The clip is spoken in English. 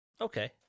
Okay